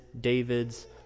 David's